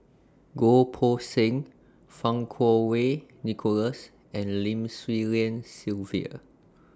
Goh Poh Seng Fang Kuo Wei Nicholas and Lim Swee Lian Sylvia